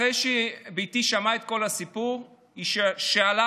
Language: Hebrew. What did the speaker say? אחרי שבתי שמעה את כל הסיפור היא שאלה